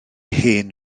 hen